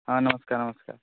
ହଁ ନମସ୍କାର ନମସ୍କାର